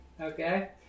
Okay